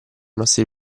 nostri